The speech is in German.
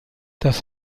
das